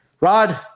Rod